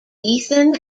ethan